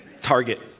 Target